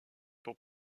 pour